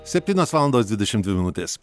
septynios valandos dvidešimt dvi minutės